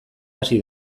hasi